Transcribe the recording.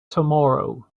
tomorrow